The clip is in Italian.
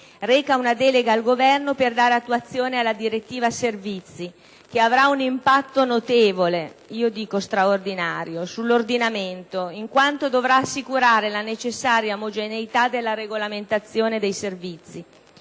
reca una delega al Governo per dare attuazione alla direttiva servizi, che avrà un impatto notevole - a mio avviso straordinario - sull'ordinamento, in quanto dovrà assicurare la necessaria omogeneità della regolamentazione dei servizi